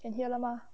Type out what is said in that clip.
can hear 了吗